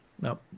No